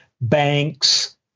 banks